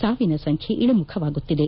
ಸಾವಿನ ಸಂಬ್ಯೆ ಇಳಿಮುಖವಾಗುತ್ತಿದೆ